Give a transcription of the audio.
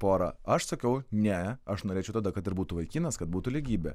porą aš sakiau ne aš norėčiau tada kad dar turbūt vaikinas kad būtų lygybė